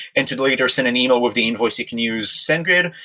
and you'd later send an email of the invoice, you can use sendgrid.